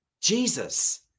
Jesus